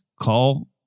call